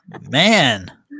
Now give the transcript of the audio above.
Man